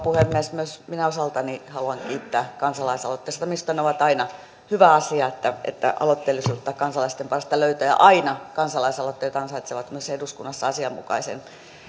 puhemies myös minä osaltani haluan kiittää kansalaisaloitteesta minusta ne ovat aina hyvä asia se että aloitteellisuutta kansalaisten parista löytyy ja aina kansalaisaloitteet ansaitsevat myös eduskunnassa asianmukaisen